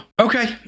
okay